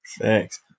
Thanks